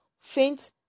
faint